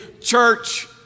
church